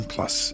Plus